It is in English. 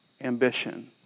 ambition